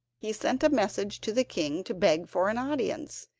he sent a message to the king to beg for an audience,